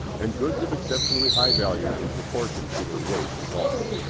and goods of exceptionally high value in proportion to their weight and bulk.